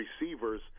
receivers